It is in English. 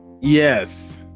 Yes